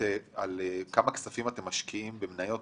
כמה כספים אתם משקיעים במניות,